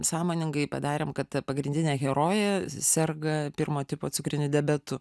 sąmoningai padarėm kad ta pagrindinė herojė serga pirmo tipo cukriniu diabetu